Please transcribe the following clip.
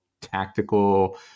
tactical